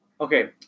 okay